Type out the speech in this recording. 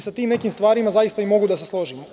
Sa tim nekim stvarima zaista mogu da se složim.